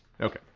Okay